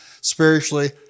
spiritually